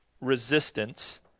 resistance